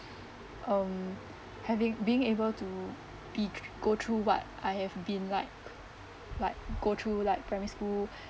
um having being able to be go through what I have been like like go through like primary school